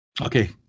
Okay